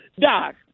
Doc